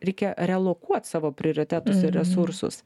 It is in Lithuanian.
reikia relokuot savo prioritetus ir resursus